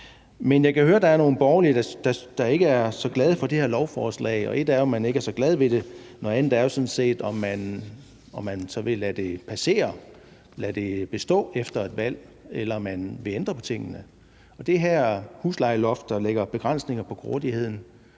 Men jeg kan høre, at der er nogle borgerlige, der ikke er så glade for det her lovforslag, og et er, at man ikke er så glad ved det; noget andet er jo sådan set, om man så vil lade det bestå efter et valg, eller om man vil ændre på tingene. Er det her huslejeloft, der lægger begrænsninger på grådigheden